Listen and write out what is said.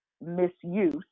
misuse